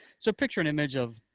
so picture an image of